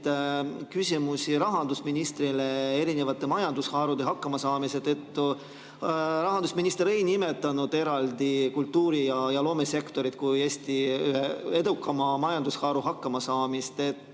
küsimusi rahandusministrile erinevate majandusharude hakkamasaamise kohta. Rahandusminister ei nimetanud eraldi kultuuri- ja loomesektori kui Eesti ühe edukama majandusharu hakkamasaamist.